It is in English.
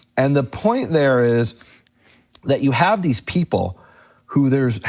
and the point there is that you have these people who there's,